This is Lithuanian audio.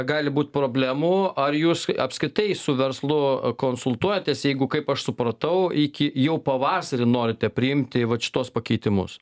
gali būt problemų ar jūs apskritai su verslu konsultuojatės jeigu kaip aš supratau iki jau pavasarį norite priimti vat šituos pakeitimus